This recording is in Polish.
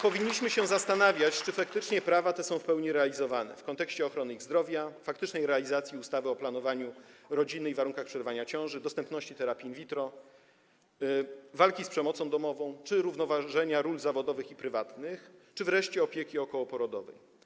Powinniśmy się zastanawiać, czy faktycznie prawa te są w pełni realizowane w kontekście ochrony ich zdrowia, faktycznej realizacji ustawy o planowaniu rodziny i warunkach przerywania ciąży, dostępności terapii in vitro, walki z przemocą domową czy równoważenia ról zawodowych i prywatnych, wreszcie opieki okołoporodowej.